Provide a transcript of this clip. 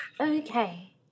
Okay